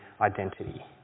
identity